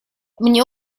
мне